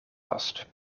vast